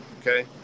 okay